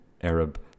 Arab